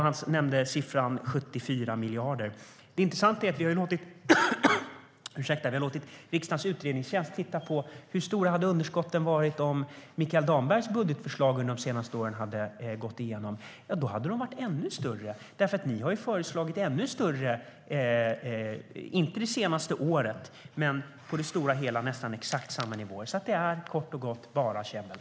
Han nämnde siffran 74 miljarder. Det intressanta är att vi har låtit riksdagens utredningstjänst titta på hur stora underskotten hade varit om Mikael Dambergs budgetförslag under de senaste åren hade gått igenom. Då hade de varit ännu större. Ni har ju - inte det senaste året, men på det stora hela - föreslagit nästan exakt samma nivåer. Det är kort och gott bara käbbel.